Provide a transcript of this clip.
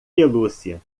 pelúcia